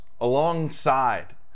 alongside